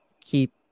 keep